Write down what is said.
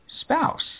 spouse